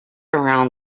around